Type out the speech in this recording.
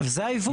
זה העיוות.